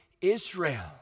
Israel